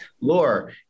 Lore